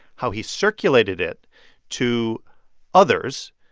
how he circulated it to others,